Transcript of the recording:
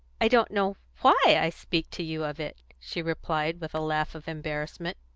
i don't know why i speak to you of it, she replied with a laugh of embarrassment,